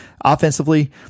offensively